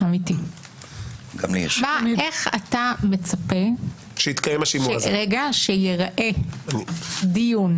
איך אתה מצפה שייראה דיון